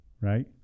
right